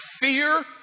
fear